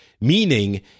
meaning